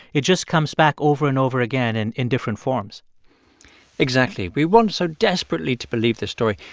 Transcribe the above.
it just comes back over and over again and in different forms exactly. we want so desperately to believe the story.